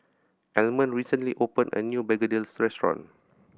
Almond recently opened a new begedil restaurant